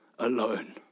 alone